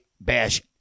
bash